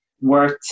worth